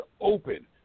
open